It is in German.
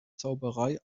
zauberei